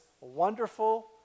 wonderful